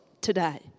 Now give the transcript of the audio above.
today